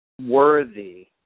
worthy